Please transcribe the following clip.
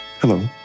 Hello